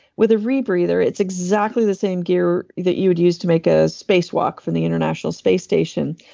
with a rebreather it's exactly the same gear that you would use to make a space walk from the international space station.